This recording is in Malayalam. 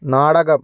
നാടകം